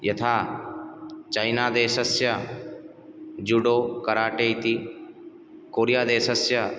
यथा चैनादेशस्य judo karate इति कोरिया देशस्य